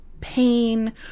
pain